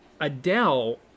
Adele